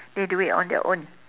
they do it on their own